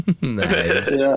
nice